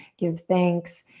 give thanks,